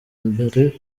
imbere